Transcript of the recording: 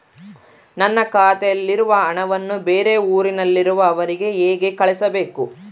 ನನ್ನ ಖಾತೆಯಲ್ಲಿರುವ ಹಣವನ್ನು ಬೇರೆ ಊರಿನಲ್ಲಿರುವ ಅವರಿಗೆ ಹೇಗೆ ಕಳಿಸಬೇಕು?